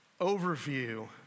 overview